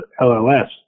LLS